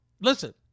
listen